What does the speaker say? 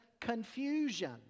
confusion